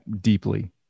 deeply